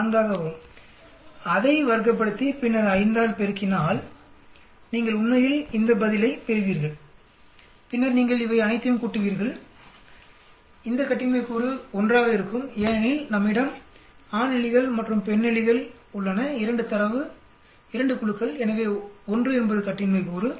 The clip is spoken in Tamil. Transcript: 4 ஆக வரும் அதை வர்க்கப்படுத்தி பின்னர் 5 ஆல் பெருக்கினால் நீங்கள் உண்மையில் இந்த பதிலைப் பெறுவீர்கள் பின்னர் நீங்கள் இவை அனைத்தையும் கூட்டுவீர்கள் இந்த கட்டின்மை கூறு 1 ஆக இருக்கும் ஏனெனில் நம்மிடம் ஆண் எலிகள் மற்றும் பெண் எலிகள் உள்ளன 2 தரவு 2 குழுக்கள் எனவே 1 என்பது கட்டின்மை கூறு